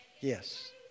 Yes